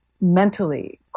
mentally